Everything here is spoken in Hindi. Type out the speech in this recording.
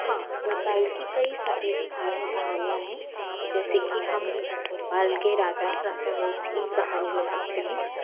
हाँ भोपाल की कई सारी स्थानीय कहानियाँ हैं जैसे कि हम भोपाल के राजा राजा भोज की कहानी ले सकते हैं